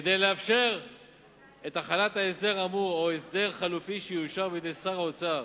כדי לאפשר את החלת ההסדר האמור או הסדר חלופי שיאושר בידי שר האוצר